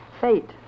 fate